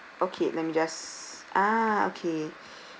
okay let me just ah okay